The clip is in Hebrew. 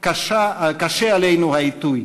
קשה עלינו העיתוי